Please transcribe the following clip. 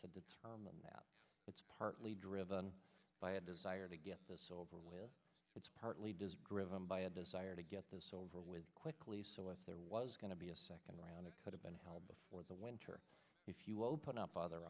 to determine that it's partly driven by a desire to get this over with it's partly does driven by a desire to get this over with quickly so if there was going to be a second round it could have been held before the winter if you open up other